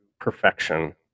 perfection